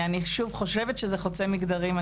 אני חושבת שזה חוצה מגדרים.